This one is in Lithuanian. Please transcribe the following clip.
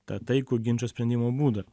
tą taikų ginčo sprendimo būdą